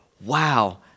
wow